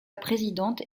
présidente